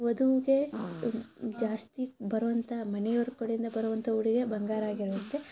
ವಧುವಿಗೆ ಜಾಸ್ತಿ ಬರುವಂಥ ಮನೆಯವ್ರ ಕಡೆಯಿಂದ ಬರುವಂಥ ಉಡುಗೆ ಬಂಗಾರ ಆಗಿರುತ್ತೆ